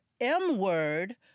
M-word